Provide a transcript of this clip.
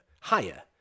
higher